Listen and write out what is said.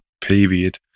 period